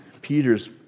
Peter's